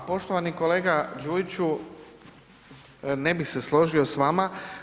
Pa poštovani kolega Đujiću, ne bih se složio s vama.